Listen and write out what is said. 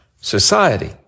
society